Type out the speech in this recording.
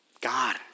God